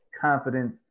confidence